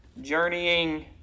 journeying